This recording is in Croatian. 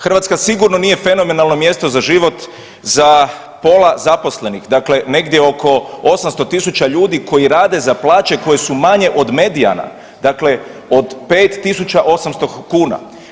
Hrvatska sigurno nije fenomenalno mjesto za život za pola zaposlenih, dakle negdje oko 800.000 ljudi koji rade za plaće koje su manje od medijana, dakle od 5.800 kuna.